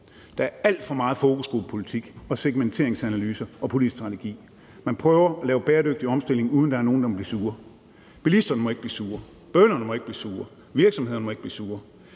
Der alt for meget fokusgruppepolitik og segmenteringsanalyser og politisk strategi. Man prøver at lave bæredygtig omstilling, uden at der er nogen, der må blive sure. Bilisterne må ikke blive sure, bønderne må ikke blive sure, virksomhederne må ikke blive sure.